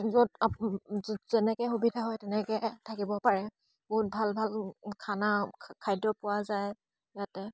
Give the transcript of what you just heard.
য'ত যেনেকৈ সুবিধা হয় তেনেকৈ থাকিব পাৰে বহুত ভাল ভাল খানা খাদ্য পোৱা যায় ইয়াতে